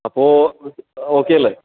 അപ്പോൾ ഓക്കെയല്ലേ